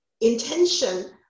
intention